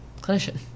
clinician